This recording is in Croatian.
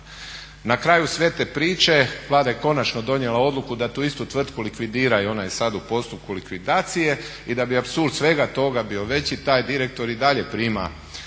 Na kraju sve te priče Vlada je konačno donijela odluku da tu istu tvrtku likvidira i ona je sad u postupku likvidacije. I da bi apsurd svega toga bio veći taj direktor i dalje prima